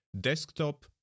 desktop